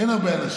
אין.